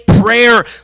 prayer